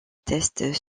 tests